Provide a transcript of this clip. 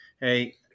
Hey